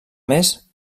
més